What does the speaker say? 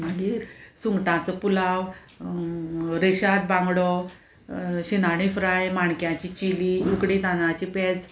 मागीर सुंगटांचो पुलाव रेशाद बांगडो शिनाणे फ्राय माणक्याची चिली उकडी तांदळाची पेज